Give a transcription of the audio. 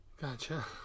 Gotcha